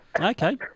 Okay